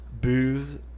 booze